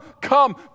come